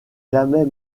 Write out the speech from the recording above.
jamais